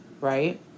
right